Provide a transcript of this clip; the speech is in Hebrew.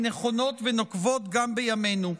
והן נכונות ונוקבות גם בימינו.